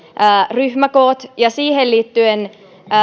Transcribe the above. ryhmäkoot varhaiskasvatuksessa ja siihen liittyen